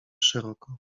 szeroko